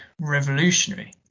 revolutionary